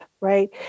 right